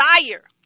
desire